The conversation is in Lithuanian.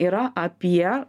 yra apie